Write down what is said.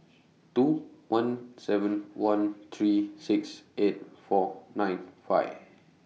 two one seven one three six eight four nine five